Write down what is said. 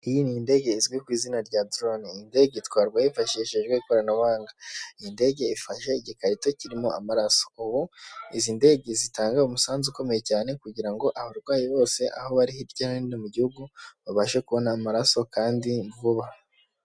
Iyi ni indege izwi ku izina rya dorone, iyi ndege itwarwa hifashijwe ikoranabuhanga, iyi ndege ifashe igikarito kirimo amaraso, ubu izi ndege zitangaga umusanzu ukomeye cyane kugirango abarwayi bose aho bari hirya no hino mu gihugu babashe kubona amaraso kandi vuba.